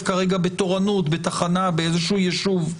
כרגע בתורנות בתחנה באיזשהו יישוב.